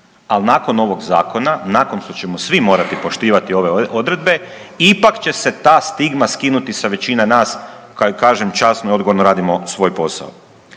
ali nakon ovog zakona, nakon što ćemo svi morati poštivati ove odredbe ipak će se ta stigma skinuti sa većine nas koji kažem časno i odgovorno radimo svoj posao.